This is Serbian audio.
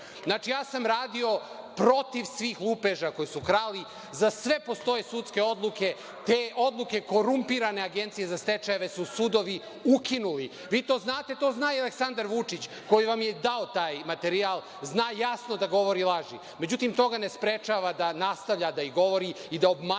Znači, ja sam radio protiv svih lupeža koji su krali. Za sve postoje sudske odluke, te odluke korumpirane Agencije za stečajeve su sudovi ukinuli. Vi to znate, a to zna i Aleksandar Vučić koji vam je dao taj materijal, zna jasno da govori laži. Međutim, to ga ne sprečava da ih govori i da obmanjuje